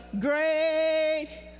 great